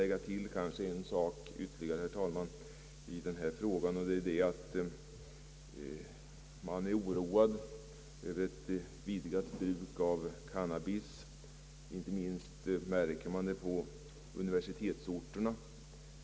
Låt mig, herr talman, lägga till ytterligare en sak. Man är oroad över ett vidgat bruk av cannabis, vilket märkts inte minst på universitetsorterna.